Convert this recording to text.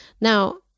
Now-